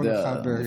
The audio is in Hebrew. כל אחד בדרכו שלו.